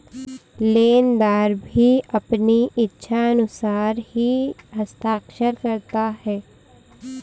लेनदार भी अपनी इच्छानुसार ही हस्ताक्षर करता है